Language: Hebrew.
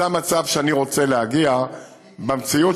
זה המצב שאני רוצה להגיע אליו במציאות